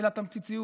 אל התמציתיות,